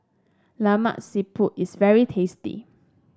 Lemak Siput is very tasty